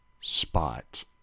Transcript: spot